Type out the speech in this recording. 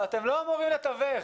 אתם לא אמורים לתווך.